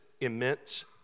immense